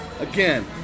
again